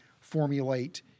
formulate